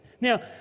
Now